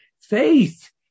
Faith